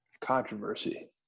Controversy